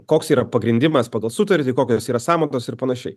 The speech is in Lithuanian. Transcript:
koks yra pagrindimas pagal sutartį kokios yra sąmatos ir panašiai